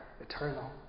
eternal